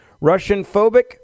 Russian-phobic